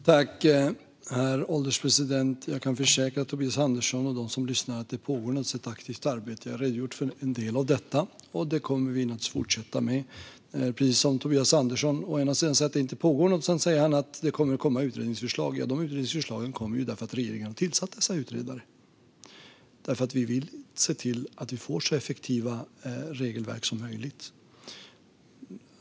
Herr ålderspresident! Jag kan försäkra Tobias Andersson och dem som lyssnar om att det pågår ett aktivt arbete - jag har redogjort för en del av detta - och vi kommer naturligtvis att fortsätta med det. Tobias Andersson säger å ena sidan att det inte pågår något och å andra sidan att det kommer att komma utredningsförslag. De utredningsförslagen kommer ju för att regeringen har tillsatt dessa utredare eftersom vi vill se till att få så effektiva regelverk som möjligt.